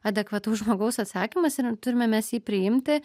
adekvataus žmogaus atsakymas ir turime mes jį priimti